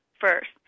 first